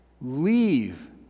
leave